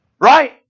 Right